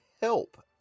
help